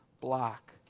block